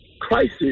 crisis